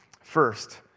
First